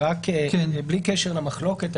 בלי קשר למחלוקת,